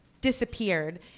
disappeared